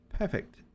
Perfect